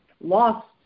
lost